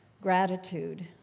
gratitude